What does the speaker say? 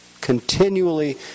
continually